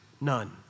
none